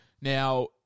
Now